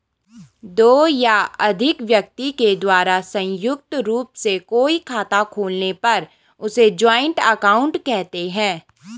दो या अधिक व्यक्ति के द्वारा संयुक्त रूप से कोई खाता खोलने पर उसे जॉइंट अकाउंट कहते हैं